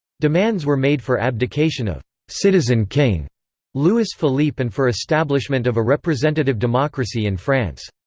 demands were made for abdication of citizen king louis-philippe and for establishment of a representative democracy in france.